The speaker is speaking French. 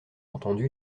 entendu